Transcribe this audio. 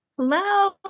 Hello